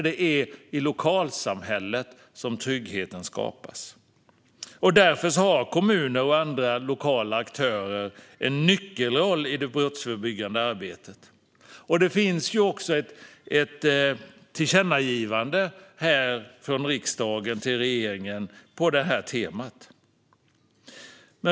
Det är i lokalsamhället som trygghet skapas. Därför har kommuner och andra lokala aktörer en nyckelroll i det brottsförebyggande arbetet. Det finns också ett tillkännagivande från riksdagen till regeringen på detta tema.